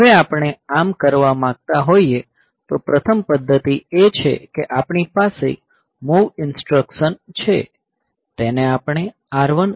હવે જો આપણે આમ કરવા માંગતા હોઈએ તો પ્રથમ પધ્ધતિ એ છે કે આપણી પાસે મૂવ ઇન્સટ્રકસન છે તેને આપણે R1 R0 કહીએ